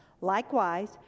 Likewise